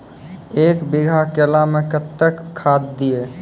एक बीघा केला मैं कत्तेक खाद दिये?